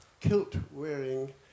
kilt-wearing